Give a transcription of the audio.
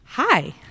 Hi